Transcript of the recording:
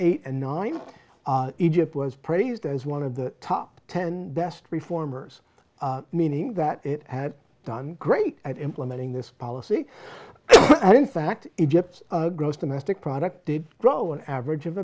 eight and nine egypt was praised as one of the top ten best reformers meaning that it had done great at implementing this policy and in fact egypt gross domestic product did grow an average of